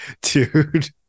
dude